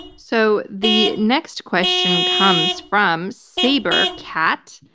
so the next question comes from sabercat.